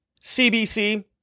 CBC